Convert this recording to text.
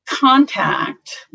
contact